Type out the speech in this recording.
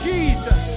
Jesus